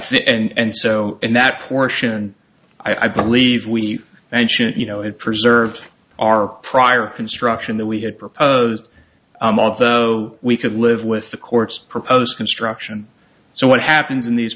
think and so in that portion i believe we mentioned you know it preserved our prior construction that we had proposed although we could live with the court's proposed construction so what happens in these